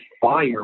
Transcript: fire